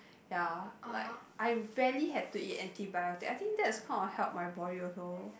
ya like I rarely had to eat antibiotic I think that is kind of help my body also